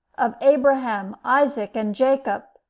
of abraham, isaac, and jacob!